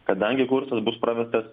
kadangi kursas bus pravestas